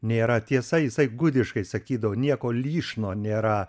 nėra tiesa jisai gudiškai sakydavo nieko lyšno nėra